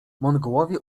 mongołowie